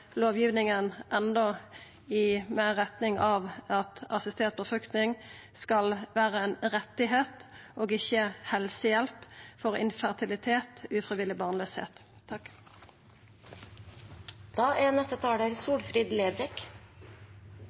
lovgivinga enda meir i retning av at assistert befruktning skal vera ein rett og ikkje helsehjelp ved infertilitet og ufrivillig